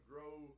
grow